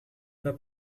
pas